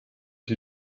die